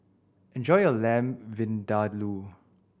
enjoy your Lamb Vindaloo